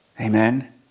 Amen